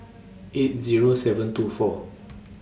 eight Zero seven two four